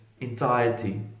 entirety